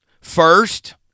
First